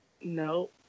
No